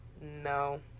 No